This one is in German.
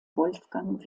wolfgang